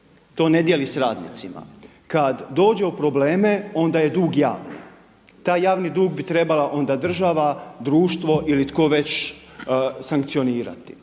to ne dijeli s radnicima. Kada dođe u probleme onda je dug javni. Taj javni dug bi trebala onda država, društvo ili tko već sankcionirati.